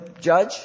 judge